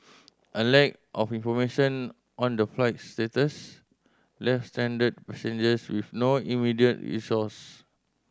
a lack of information on the flight's status left stranded passengers with no immediate recourse